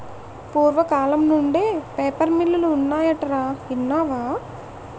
పూర్వకాలం నుండే పేపర్ మిల్లులు ఉన్నాయటరా ఇన్నావా